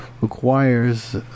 requires